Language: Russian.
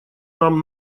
нам